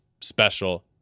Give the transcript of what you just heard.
special